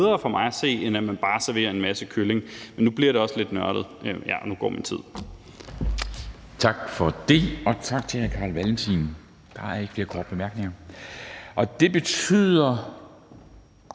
set bedre, end at man bare serverer en masse kylling. Nu bliver det også lidt nørdet – og nu er min